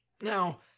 Now